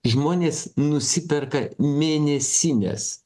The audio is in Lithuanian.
žmonės nusiperka mėnesines